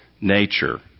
nature